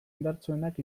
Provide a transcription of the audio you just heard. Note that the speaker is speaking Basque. indartsuenak